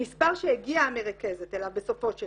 המספר שהגיעה המרכזת אליו בסופו של